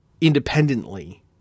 Independently